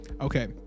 okay